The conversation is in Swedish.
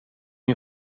min